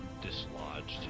dislodged